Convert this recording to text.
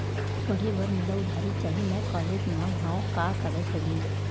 पढ़े बर मोला उधारी चाही मैं कॉलेज मा हव, का कागज लगही?